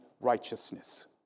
righteousness